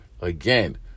again